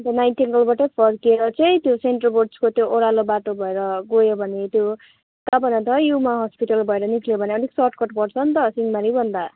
अन्त नाइटेङ्गलबाटै फर्केर चाहिँ त्यो सेन्ट रोबोड्सको त्यो ओह्रालो बाटो भएर गयो भने त्यो कहाँ भन त युमा हस्पिटल भएर निस्कियो भने अलिक सर्टकर्ट पर्छ नि त सिंहमारीभन्दा